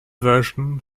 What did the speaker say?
version